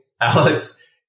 Alex